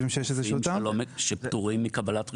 יש גופים שפטורים מקבלת רישיון.